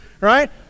right